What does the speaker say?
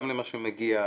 גם ממה שמגיע.